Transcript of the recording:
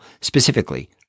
specifically